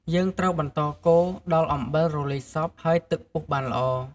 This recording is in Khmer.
យើងត្រូវបន្តកូរដល់អំបិលរលាយសព្វ ហើយទឹកពុះបានល្អ។